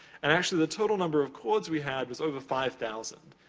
and actually the total number of chords we had was over five thousand.